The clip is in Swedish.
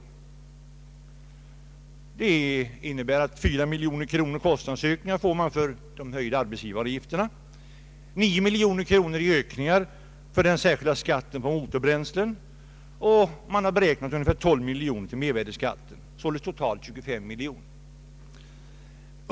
Kostnaderna ökar med 4 miljoner kronor på grund av de höjda arbetsgivar avgifterna, med 9 miljoner kronor på grund av den särskilda skatten på motorbränslen och med ungefär 12 miljoner kronor till följd av mervärdeskatten, således totalt 25 miljoner kronor.